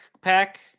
pack